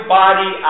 body